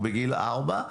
הוא בגיל ארבע,